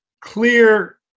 clear